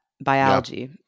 biology